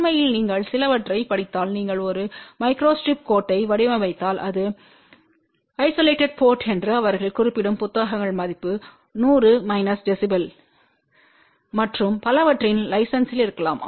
உண்மையில் நீங்கள் சிலவற்றைப் படித்தால் நீங்கள் ஒரு மைக்ரோஸ்டிரிப் கோட்டை வடிவமைத்தால் இது ஐசோலேடெட்ப்பட்ட போர்ட் என்று அவர்கள் குறிப்பிடும் புத்தகங்கள் மதிப்பு 100 மைனஸ் dB மற்றும் பலவற்றின் லைன்சையில் இருக்கலாம்